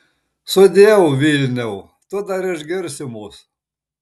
sudieu vilniau tu dar išgirsi mus